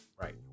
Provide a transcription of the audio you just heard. Right